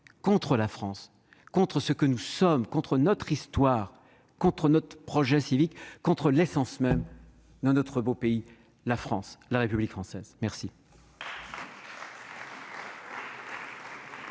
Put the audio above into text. française, contre ce que nous sommes, contre notre histoire, contre notre projet civique, contre l'essence même de notre beau pays, la France. La parole est à M. Hervé